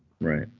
Right